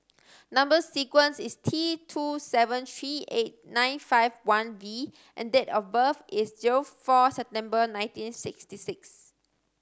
number sequence is T two seven three eight nine five one V and date of birth is zero four September nineteen sixty six